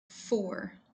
four